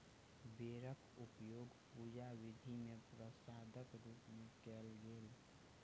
बेरक उपयोग पूजा विधि मे प्रसादक रूप मे कयल गेल